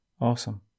awesome